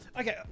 okay